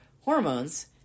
hormones